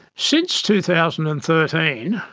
since two thousand and thirteen,